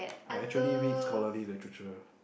I actually read scholarly literature